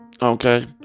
Okay